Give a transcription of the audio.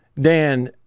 Dan